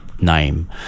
Name